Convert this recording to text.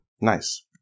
Nice